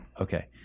Okay